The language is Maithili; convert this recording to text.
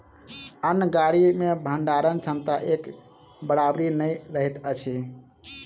अन्न गाड़ी मे भंडारण क्षमता एक बराबरि नै रहैत अछि